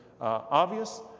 obvious